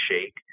shake